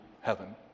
heaven